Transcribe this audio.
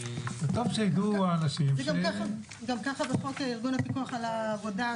טוב שיידעו האנשים ש גם ככה בחוק ארגון הפיקוח על העבודה,